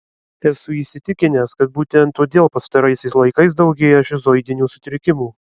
esu įsitikinęs kad būtent todėl pastaraisiais laikais daugėja šizoidinių sutrikimų